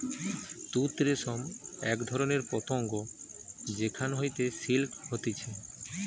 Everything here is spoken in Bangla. তুত রেশম এক ধরণের পতঙ্গ যেখান হইতে সিল্ক হতিছে